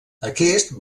aquest